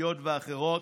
התשתיות ואחרות,